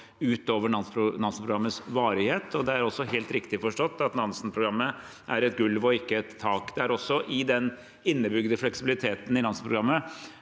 utover Nansen-programmets varighet. Det er helt riktig forstått at Nansen-programmet er et gulv og ikke et tak. I den innebygde fleksibiliteten i Nansen-programmet